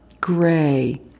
gray